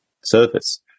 service